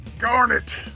Garnet